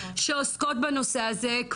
שעוסקות בנושא הזה,